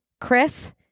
Chris